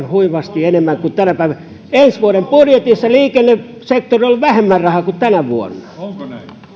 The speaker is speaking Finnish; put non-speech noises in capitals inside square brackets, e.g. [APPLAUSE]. [UNINTELLIGIBLE] huimasti enemmän kuin tänä päivänä ensi vuoden budjetissa liikennesektorilla on vähemmän rahaa kuin tänä vuonna